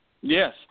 Yes